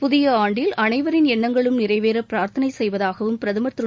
புதிய ஆண்டில் அனைவரின் எண்ணங்களும் நிறைவேற பிரார்த்தனை செய்வதாகவும் பிரதமர் திரு